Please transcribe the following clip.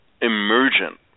emergent